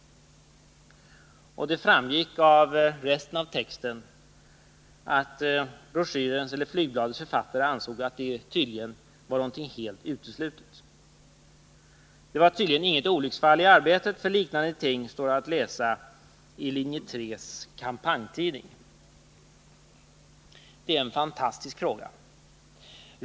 Det framgick av resten av texten att flygbladets författare ansåg att det tydligen var någonting helt uteslutet. Det var tydligen inget olycksfall i arbetet, för liknande ting står att läsa i linje 3:s kampanjtidning. Det är en fantastisk fråga.